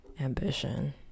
ambition